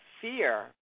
fear